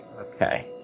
Okay